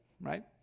Right